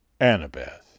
Annabeth